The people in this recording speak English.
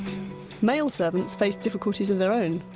male servants faced difficulties of their own,